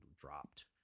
dropped